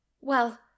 Well